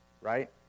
right